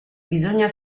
bisogna